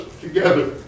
together